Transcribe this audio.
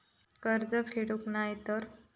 कर्ज फेडूक नाय तर?